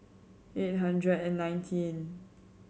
eight hundred and nineteen